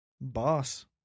Boss